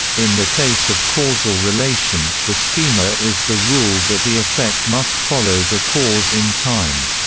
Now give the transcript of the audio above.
in the case of causal relation, the schema is the rule that the effect must follow the cause in time.